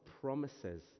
promises